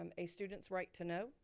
um a student's right to know.